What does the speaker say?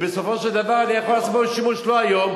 ובסופו של דבר אני יכול לעשות בו שימוש לא היום,